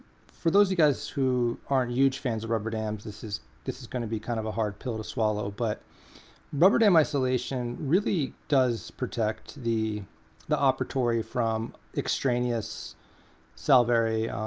for those of you guys who aren't huge fans of rubber dams, this is this is going to be kind of a hard pill to swallow. but rubber dam isolation really does protect the the operatory from extraneous salivary